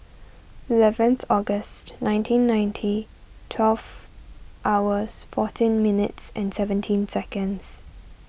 eleventh August nineteen ninety twelve hours fourteen minutes seventeen seconds